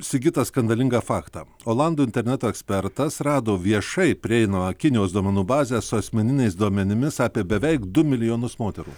sigitos skandalingą faktą olandų interneto ekspertas rado viešai prieinamą kinijos duomenų bazę su asmeniniais duomenimis apie beveik du milijonus moterų